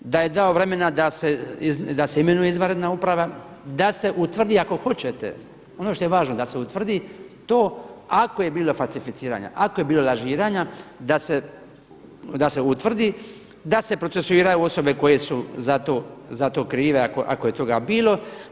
Da je dao vremena da se imenuje izvanredna uprava, da se utvrdi ako hoćete, ono što je važno da se utvrdi to ako je bilo falsificiranja, ako je bilo lažiranja da se utvrdi, da se procesuiraju osobe koje su za to krive ako je toga bilo.